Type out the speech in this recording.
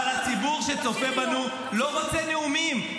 אבל הציבור שצופה בנו לא רוצה נאומים,